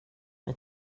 med